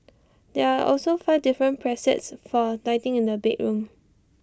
there are also five different presets for lighting in the bedroom